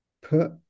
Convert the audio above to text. put